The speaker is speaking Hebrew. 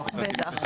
בטח.